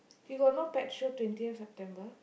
you got no pet show twentieth September